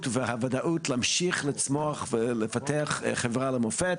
והוודאות להמשיך לצמוח ולפתח חברה למופת,